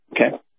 Okay